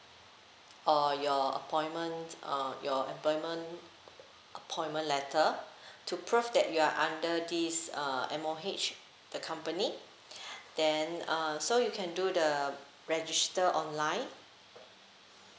or your appointment uh your employment appointment letter to prove that you are under this uh M_O_H the company then uh so you can do the register online